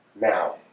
Now